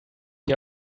you